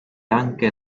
anche